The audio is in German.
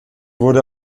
wurde